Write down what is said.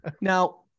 Now